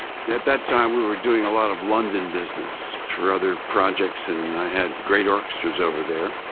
that that time we were doing a lot of london business for other projects and i had great orchestras over there.